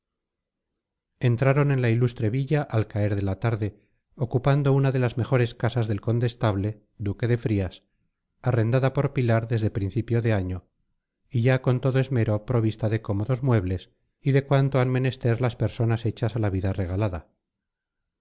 entraron en la ilustre villa al caer de la tarde ocupando una de las mejores casas del condestable duque de frías arrendada por pilar desde principio de año y ya con todo esmero provista de cómodos muebles y de cuanto han menester las personas hechas a la vida regalada